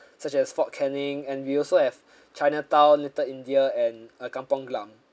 such as fort canning and we also have china town little india and uh Kampong Glam